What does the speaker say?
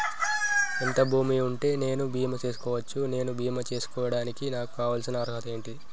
ఎంత భూమి ఉంటే నేను బీమా చేసుకోవచ్చు? నేను బీమా చేసుకోవడానికి నాకు కావాల్సిన అర్హత ఏంటిది?